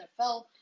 NFL